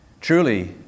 Truly